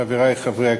חברי חברי הכנסת,